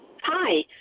Hi